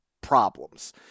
problems